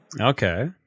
Okay